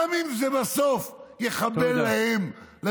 גם אם זה בסוף יחבל להם, תודה.